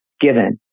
given